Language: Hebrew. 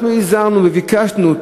אנחנו הזהרנו וביקשנו,